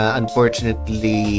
unfortunately